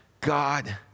God